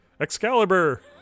Excalibur